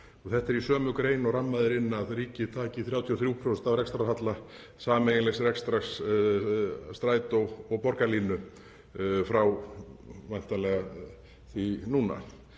Þetta er í sömu grein og rammað er inn að ríkið taki 33% af rekstrarhalla sameiginlegs rekstrar Strætó og borgarlínu, væntanlega frá því núna.